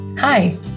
Hi